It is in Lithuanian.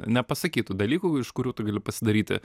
nepasakytų dalykų iš kurių tu gali pasidaryti